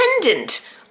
dependent